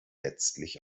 letztlich